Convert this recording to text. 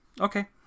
okay